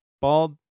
bald